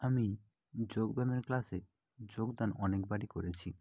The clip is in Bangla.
আমি যোগব্যায়ামের ক্লাসে যোগদান অনেকবারই করেছি